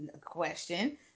question